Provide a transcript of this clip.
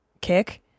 kick